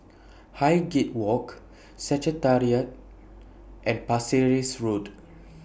Highgate Walk Secretariat and Pasir Ris Road